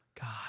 God